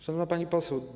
Szanowna Pani Poseł!